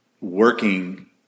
working